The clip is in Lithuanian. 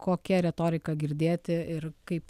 kokia retorika girdėti ir kaip